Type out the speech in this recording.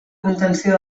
contenció